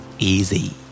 Easy